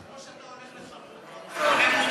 זה כמו שאתה הולך לחנות וקונה מוצר,